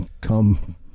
come